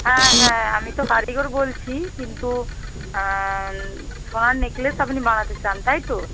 হ্যাঁ হ্যাঁ আমি তো কারিগর বলছি কিন্তু সোনার নেকলেস আপনি বানাতে চান তাই তো